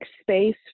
space